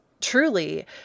truly